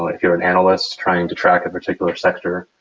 if you're an analyst trying to track and particular sector,